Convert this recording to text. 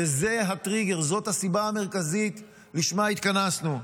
וזה הטריגר, זאת הסיבה המרכזית לשמה התכנסנו.